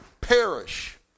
perish